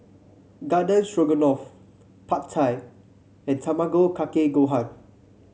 Garden Stroganoff Pad Thai and Tamago Kake Gohan